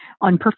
on